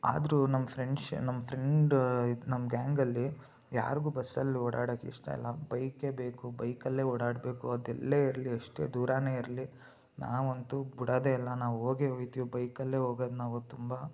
ಆದರೂ ನಮ್ಮ ಫ್ರೆಂಡ್ಶು ನಮ್ಮ ಫ್ರೆಂಡ ನಮ್ಮ ಗ್ಯಾಂಗಲ್ಲಿ ಯಾರಿಗೂ ಬಸ್ಸಲ್ಲಿ ಓಡಾಡೋಕ್ಕೆ ಇಷ್ಟ ಇಲ್ಲ ಬೈಕೇ ಬೇಕು ಬೈಕಲ್ಲೇ ಓಡಾಡಬೇಕು ಅದೆಲ್ಲೇ ಇರಲಿ ಎಷ್ಟೇ ದೂರವೇ ಇರಲಿ ನಾವಂತೂ ಬಿಡೋದೇ ಇಲ್ಲ ನಾವು ಹೋಗೇ ಹೋಗ್ತೀವಿ ಬೈಕಲ್ಲೇ ಹೋಗೋದು ನಾವು ತುಂಬ